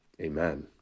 Amen